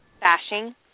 bashing